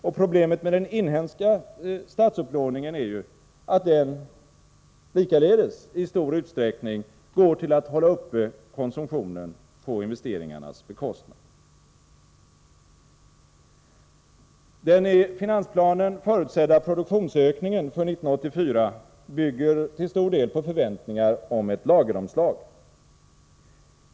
Och problemet med den inhemska statsupplåningen är att den i stor utsträckning går till att hålla uppe konsumtionen på investeringarnas bekostnad. Den i finansplanen förutsedda produktionsökningen för 1984 bygger till stor del på förväntningar om ett lageromslag.